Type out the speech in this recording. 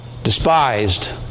Despised